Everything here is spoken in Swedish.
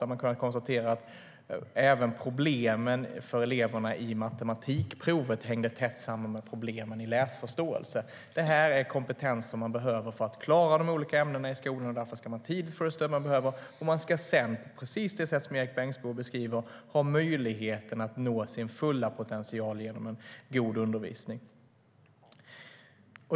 Där kunde man konstatera att även problemen för eleverna i matematikprovet hängde tätt samman med problemen i läsförståelse. Man behöver denna kompetens för att klara de olika ämnena i skolan, och därför ska man tidigt få det stöd man behöver. Sedan ska man, på precis det sätt som Erik Bengtzboe beskriver, ha möjligheten att nå sin fulla potential genom en god undervisning.